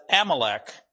Amalek